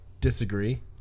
disagree